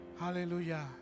Hallelujah